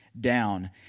down